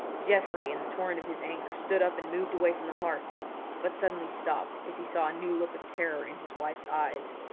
geoffrey in the torrent of his anger stood up and moved away from the hearth but suddenly stopped as he saw a new look of terror in his wife's eyes.